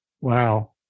Wow